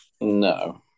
No